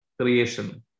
Creation